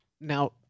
Now